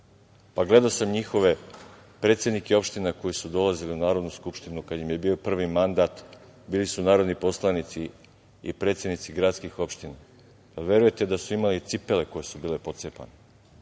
vlast. Gledao sam i njihove predsednike opština koji su dolazili u Narodnu skupštinu kada im je bio prvi mandat. Bili su narodni poslanici i predsednici gradskih opština. Da li verujete da su imali cipele koje su bile pocepane,